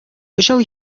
кӑҫал